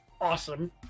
awesome